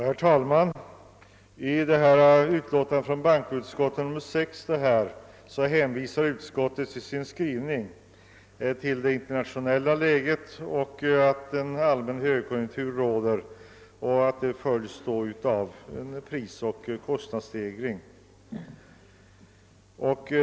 Herr talman! Bankoutskottet hänvisar i skrivningen i sitt förevarande utlåtande nr 60 till det internationella läget och till det förhållandet att det råder en allmän högkonjunktur, som åtföljts av prisoch kostnadsstegringar.